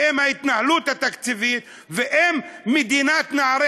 אם ההתנהלות התקציבית ואם מדינת נערי